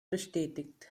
bestätigt